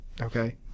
okay